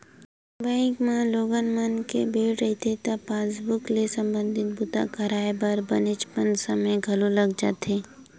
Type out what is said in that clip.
bank म लोगन मन के भीड़ रहिथे त पासबूक ले संबंधित बूता करवाए म बनेचपन समे घलो लाग जाथे